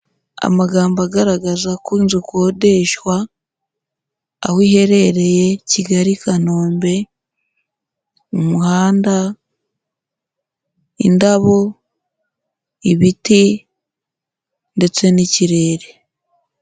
Amagambo agaragaza ko inzu ukodeshwa, aho iherereye, Kigali, Kanombe, umuhanda, indabo, ibiti ndetse n'ikirere.